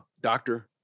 doctor